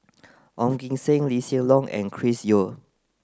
Ong Kim Seng Lee Hsien Loong and Chris Yeo